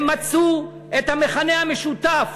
הם מצאו את המכנה המשותף,